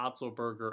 Otzelberger